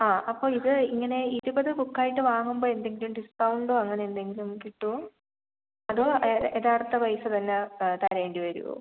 ആ അപ്പോൾ ഇത് ഇങ്ങനെ ഇരുപത് ബുക്ക് ആയിട്ട് വാങ്ങുമ്പോൾ എന്തെങ്കിലും ഡിസ്കൗണ്ടോ അങ്ങനെ എന്തെങ്കിലും കിട്ടുമോ അതോ യഥാർത്ഥ പൈസ തന്നെ തരേണ്ടി വരുമോ